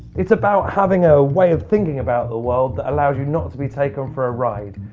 it's about having a way of thinking about the world that allows you not to be taken for a ride.